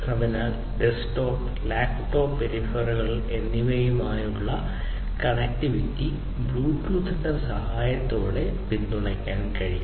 അതിനാൽ desktop laptop പെരിഫറലുകൾ എന്നിവയുമായുള്ള കണക്റ്റിവിറ്റി ബ്ലൂടൂത്തിന്റെ സഹായത്തോടെ പിന്തുണയ്ക്കാൻ കഴിയും